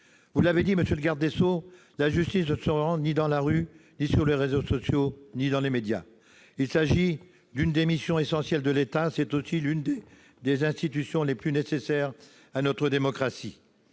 Vous l'avez dit, la justice ne se rend ni dans la rue, ni sur les réseaux sociaux, ni dans les médias. Il s'agit de l'une des missions essentielles de l'État. C'est aussi l'une des institutions les plus nécessaires à notre démocratie.